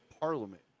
Parliament